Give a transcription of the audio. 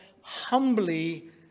humbly